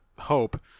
Hope